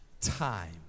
time